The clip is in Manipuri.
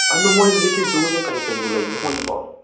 ꯑꯗꯣ ꯃꯣꯏ ꯍꯧꯖꯤꯛꯀꯤ ꯖꯨꯁꯦ ꯀꯔꯤ ꯀꯔꯤꯕꯨ ꯂꯩꯒꯦ ꯃꯣꯏꯁꯤꯕꯣ